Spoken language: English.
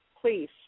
Please